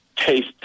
Taste